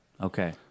Okay